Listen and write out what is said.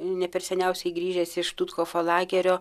ne per seniausiai grįžęs iš štuthofo lagerio